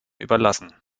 überlassen